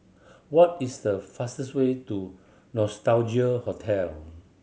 what is the fastest way to Nostalgia Hotel